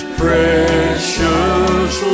precious